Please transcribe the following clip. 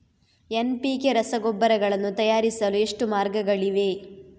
NPK ರಸಗೊಬ್ಬರಗಳನ್ನು ತಯಾರಿಸಲು ಎಷ್ಟು ಮಾರ್ಗಗಳಿವೆ?